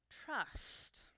Trust